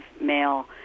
male